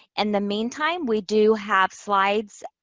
and the meantime, we do have slides,